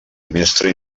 mestre